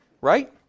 Right